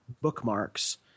bookmarks